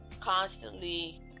constantly